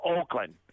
Oakland